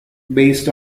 based